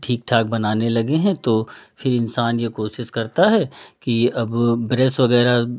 ठीक ठाक बनाने लगे हैं तो फिर इंसान ये कोशिश करता है कि अब ब्रश वगैरह